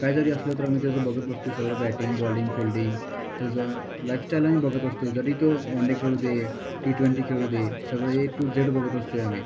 काय जरी असलं तर आम्ही त्याचं बघत असतो आहे सगळं बॅटिंग बॉलिंग फील्डिंग त्याचं लायफस्टाईल आम्ही बघत असतो आहे जरी तो वन डे खेळू दे टी ट्वेंटी खेळू दे सगळे ए टू झेड बघत असतो आहे आम्ही